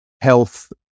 health